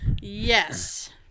Yes